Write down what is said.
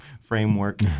framework